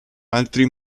altri